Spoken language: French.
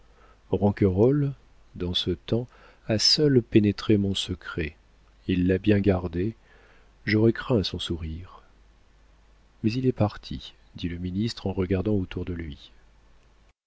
reconnaître ronquerolles dans ce temps a seul pénétré mon secret il l'a bien gardé j'aurais craint son sourire mais il est parti dit le ministre en regardant autour de lui